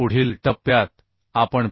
पुढील टप्प्यात आपण Fe